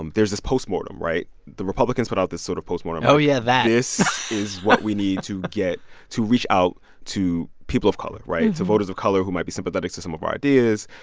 um there's this postmortem, right? the republicans put out this sort of postmortem oh, yeah. that this is what we need to get to reach out to people of color right? to voters of color who might be sympathetic to some of our ideas.